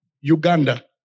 Uganda